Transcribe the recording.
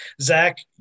Zach